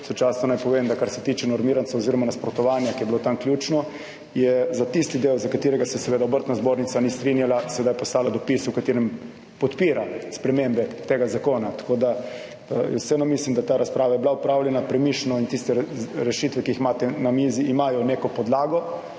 Sočasno naj povem, da kar se tiče normirancev oziroma nasprotovanja, ki je bilo tam ključno, je za tisti del, za katerega se seveda Obrtna zbornica ni strinjala, sedaj poslala dopis v katerem podpira spremembe tega zakona. Tako, da jaz vseeno mislim, da ta razprava je bila opravljena premišljeno in tiste rešitve, ki jih imate na mizi, imajo neko podlago